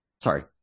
sorry